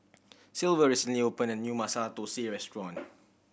Silver recently opened a new Masala Thosai restaurant